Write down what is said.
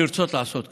לרצות לעשות כך,